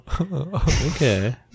Okay